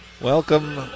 Welcome